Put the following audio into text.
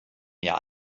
mir